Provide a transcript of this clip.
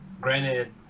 Granted